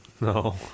no